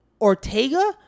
Ortega